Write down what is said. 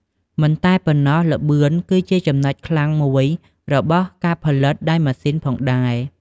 មិនតែប៉ុណ្ណោះល្បឿនគឺជាចំណុចខ្លាំងមួយរបស់ការផលិតដោយម៉ាស៊ីនផងដែរ។